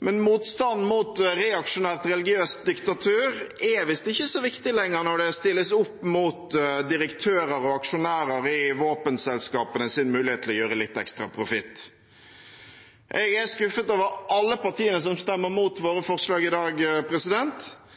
Men motstanden mot reaksjonært religiøst diktatur er visst ikke så viktig lenger, når den stilles opp mot direktører og aksjonærer i våpenselskapenes mulighet til litt ekstra profitt. Jeg er skuffet over alle partiene som stemmer mot